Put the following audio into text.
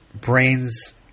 brains